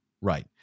Right